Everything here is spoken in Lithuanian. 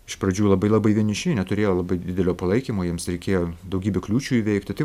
iš pradžių labai labai vieniši neturėjo labai didelio palaikymo jiems reikėjo daugybę kliūčių įveikti tai